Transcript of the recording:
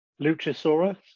Luchasaurus